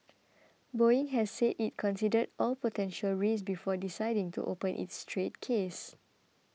Boeing has said it considered all potential risks before deciding to open its trade case